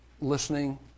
listening